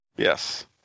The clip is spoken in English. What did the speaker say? Yes